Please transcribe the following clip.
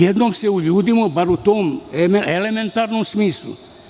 Jednom se uljudimo, bar u tom elementarnom smislu.